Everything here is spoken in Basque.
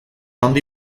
handi